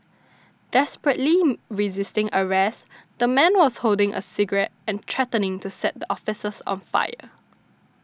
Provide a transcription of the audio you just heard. desperately resisting arrest the man was holding a cigarette and threatening to set the officers on fire